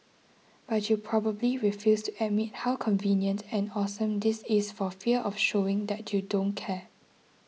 but you probably refuse to admit how convenient and awesome this is for fear of showing that you don't care